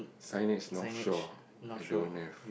signage Northshore I don't have